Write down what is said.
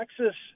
Texas